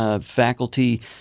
faculty